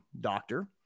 doctor